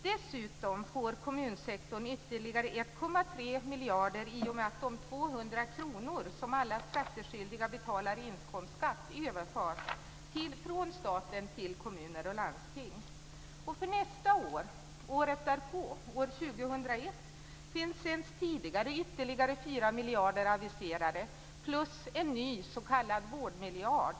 Dessutom får kommunsektorn ytterligare 1,3 miljarder i och med att de 200 För nästa år och året därpå, år 2001, finns sedan tidigare ytterligare 4 miljarder aviserade samt en ny s.k. vårdmiljard.